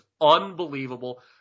unbelievable